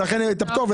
אין את הפטור,